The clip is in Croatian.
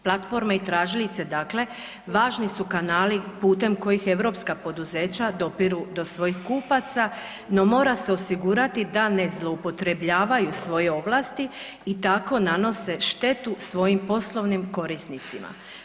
Platforme i tražilice, dakle važni su kanali putem kojih europska pouzeća dopiru do svojih kupaca, no mora se osigurati da ne zloupotrebljavaju svoje ovlasti i tako nanose štetu svojim poslovnim korisnicima.